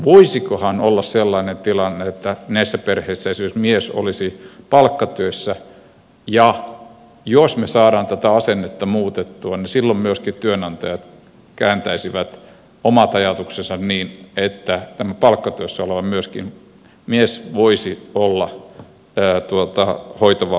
voisikohan olla sellainen tilanne että näissä perheissä esimerkiksi mies olisi palkkatyössä ja jos me saamme tätä asennetta muutettua niin silloin myöskin työnantajat kääntäisivät omat ajatuksensa niin että tämä palkkatyössä oleva mies myöskin voisi olla hoitovapaalla ja hoitotuella